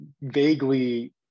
vaguely